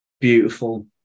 Beautiful